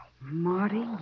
Marty